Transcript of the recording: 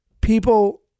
people